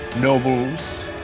nobles